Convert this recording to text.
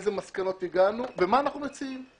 לאיזה מסקנות הגענו ומה אנחנו מציעים.